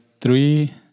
three